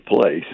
place